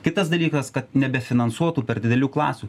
kitas dalykas kad nebefinansuotų per didelių klasių